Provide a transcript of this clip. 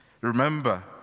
Remember